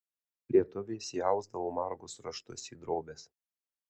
lietuvės įausdavo margus raštus į drobes